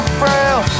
frail